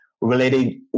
related